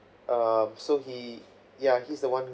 um so he ya he's the [one]